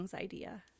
idea